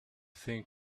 think